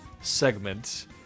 segment